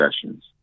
sessions